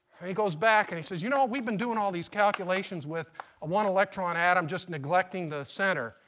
he goes back and he says, you know, we've been doing all these calculations with a one electron atom just neglecting the center.